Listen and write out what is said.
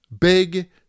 big